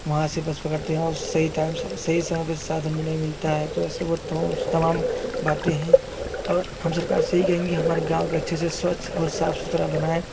वहाँ से बस पकड़ते हो सही टाइम सही समय के साधन भी नहीं मिलता है तो ऐसे वो तमाम बातें हैं और हम सरकार से यही कि कहेंगे हमारे गाँव को अच्छे से स्वच्छ और साफ सुथरा बनाएँ